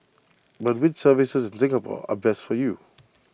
but which services in Singapore are best for you